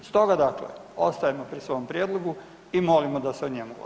Stoga dakle ostajemo pri svom prijedlogu i molimo da se o njemu glasa.